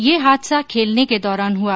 ये हादसा खेलने के दौरान हुआ